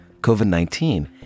COVID-19